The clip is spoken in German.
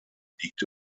liegt